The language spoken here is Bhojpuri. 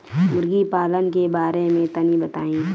मुर्गी पालन के बारे में तनी बताई?